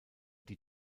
die